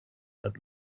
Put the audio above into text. had